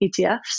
ETFs